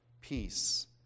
peace